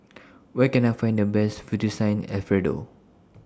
Where Can I Find The Best Fettuccine Alfredo